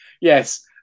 Yes